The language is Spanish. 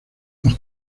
los